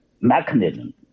mechanism